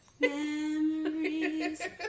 Memories